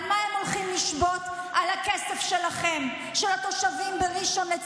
על מה ביבס שובת מחר, אם לא בכלל בגלל הארנונה?